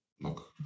Look